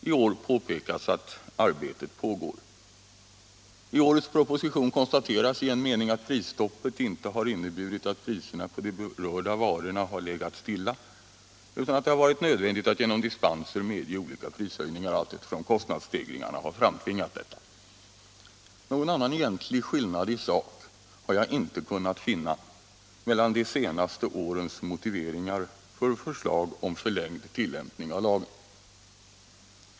I år påpekas att arbetet pågår. I årets proposition konstateras i en mening att prisstoppet inte har inneburit att priserna för de berörda varorna har legat stilla, utan att det har varit nödvändigt att genom dispenser medge olika prishöjningar allteftersom kostnadsstegringarna har framtvingat det. Någon annan egentlig skillnad i sak har jag inte kunnat finna mellan de senaste årens motiveringar till förslag om förlängd tillämpning av lagen.